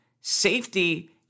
Safety